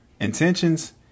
intentions